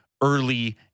early